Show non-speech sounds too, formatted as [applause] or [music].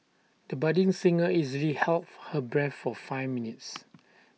the budding singer easily [noise] held her breath for five minutes